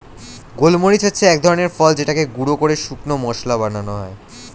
গোলমরিচ হচ্ছে এক ধরনের ফল যেটাকে গুঁড়ো করে শুকনো মসলা বানানো হয়